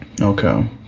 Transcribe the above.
Okay